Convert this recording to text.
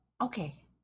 Okay